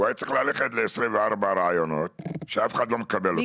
הוא היה צריך ללכת ל-24 ראיונות שאף אחד לא מקבל אותו.